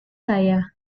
saya